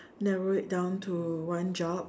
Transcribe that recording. narrow it down to one job